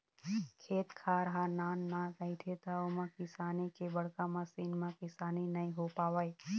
खेत खार ह नान नान रहिथे त ओमा किसानी के बड़का मसीन म किसानी नइ हो पावय